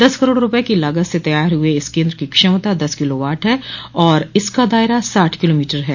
दस करोड़ रूपये की लागत से तैयार हुये इस केन्द्र की क्षमता दस किलोवाट है और इसका दायरा साठ किलोमीटर है